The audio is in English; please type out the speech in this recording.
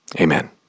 Amen